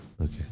Okay